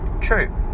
true